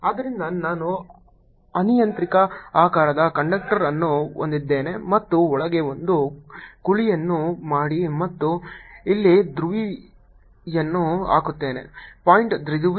ಆದ್ದರಿಂದ ನಾನು ಅನಿಯಂತ್ರಿತ ಆಕಾರದ ಕಂಡಕ್ಟರ್ ಅನ್ನು ಹೊಂದಿದ್ದೇನೆ ಮತ್ತು ಒಳಗೆ ಒಂದು ಕುಳಿಯನ್ನು ಮಾಡಿ ಮತ್ತು ಇಲ್ಲಿ ದ್ವಿಧ್ರುವಿಯನ್ನು ಹಾಕುತ್ತೇನೆ ಪಾಯಿಂಟ್ ದ್ವಿಧ್ರುವಿ